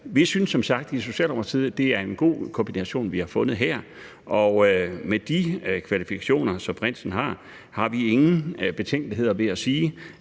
i Socialdemokratiet, at det er en god kombination, vi har fundet her. Med de kvalifikationer, som prinsen har, har vi ingen betænkeligheder ved at sige,